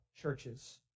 churches